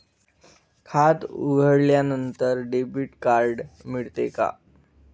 खाते उघडल्यानंतर debit card मिळते का?